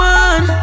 one